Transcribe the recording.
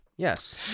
yes